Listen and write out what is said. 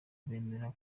bemera